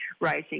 rising